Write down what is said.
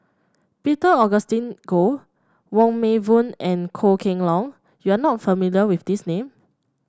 Peter Augustine Goh Wong Meng Voon and Goh Kheng Long you are not familiar with these name